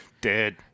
Dead